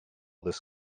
this